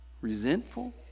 Resentful